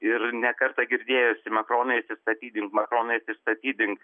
ir ne kartą girdėjosi makronai atsistatydink makronai atsistatydink